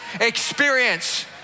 experience